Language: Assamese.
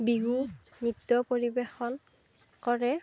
বিহু নৃত্য পৰিবেশন কৰে